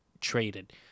traded